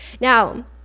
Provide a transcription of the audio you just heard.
Now